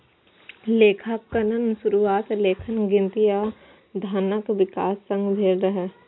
लेखांकनक शुरुआत लेखन, गिनती आ धनक विकास संग भेल रहै